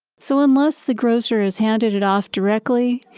so unless the grocer has handed it off directly,